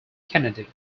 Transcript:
kennedy